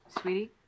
Sweetie